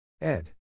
Ed